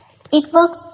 ItWorks